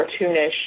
cartoonish